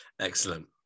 Excellent